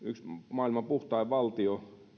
maailman puhtaimmista valtioista